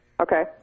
Okay